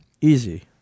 Easy